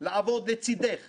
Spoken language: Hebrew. שהשפעת עליי רבות,